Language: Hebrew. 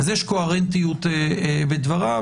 יש קוהרנטיות בדבריו,